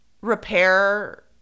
Repair